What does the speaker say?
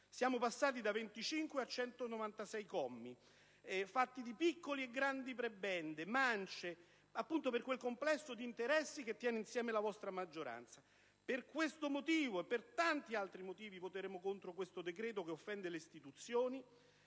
Siamo passati da 25 a 196 commi, fatti di piccoli e grandi prebende: mance, appunto, per quel complesso di interessi che tiene insieme la vostra maggioranza. Per questo e per tanti altri motivi, voteremo contro questo decreto, che offende le istituzioni,